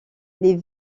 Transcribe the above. les